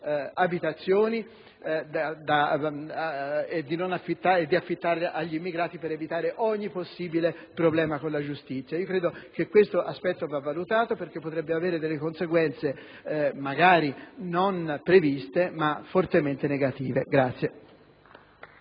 bene dal metterle sul mercato per evitare ogni possibile problema con la giustizia. Credo che questo aspetto vada valutato perché potrebbe avere delle conseguenze, magari non previste ma fortemente negative.